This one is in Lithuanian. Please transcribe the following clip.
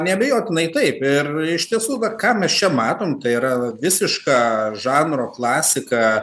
neabejotinai taip ir iš tiesų vat ką mes čia matom tai yra visiška žanro klasika